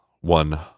one